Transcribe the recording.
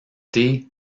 t’ai